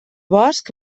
bosc